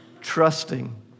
trusting